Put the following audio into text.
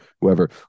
whoever